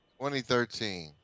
2013